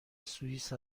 سوئیس